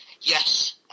Yes